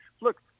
Look